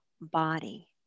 body